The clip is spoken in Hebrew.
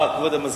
אני בעד ועדה.